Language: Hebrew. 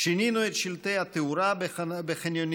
שינינו את שלטי התאורה בחניונים,